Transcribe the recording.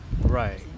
Right